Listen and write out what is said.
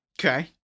Okay